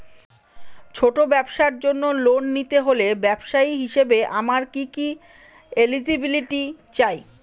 ছোট ব্যবসার জন্য লোন নিতে হলে ব্যবসায়ী হিসেবে আমার কি কি এলিজিবিলিটি চাই?